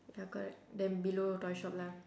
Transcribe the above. ya correct then below toy shop lah